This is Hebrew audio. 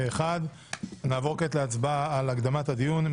מי בעד הקדמת הדיון?